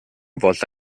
volta